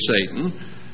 Satan